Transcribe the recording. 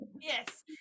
Yes